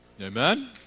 Amen